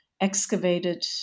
excavated